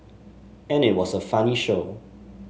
and it was a funny show